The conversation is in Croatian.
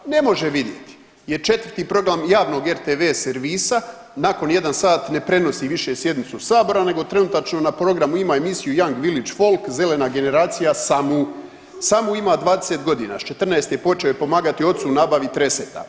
Ne može vidjeti jer 4 program javnog rtv servisa nakon 1 sat ne prenosi više sjednicu sabora nego trenutačno na programu ima emisiju Jan Vilič Folk zelena generacija samu, samo ima 20 godina s 14 je počeo pomagati ocu u nabavi treseta.